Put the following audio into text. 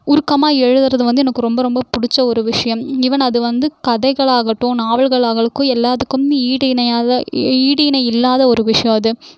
உருக்கமாக எழுதுகிறது வந்து எனக்கு ரொம்ப ரொம்ப பிடிச்ச ஒரு விஷயம் ஈவன் அது வந்து கதைகளாகட்டும் நாவல்களாகவும் எல்லாத்துக்கும் ஈடு இணையாக ஈடு இணை இல்லாத ஒரு விஷயோம் அது